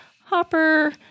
Hopper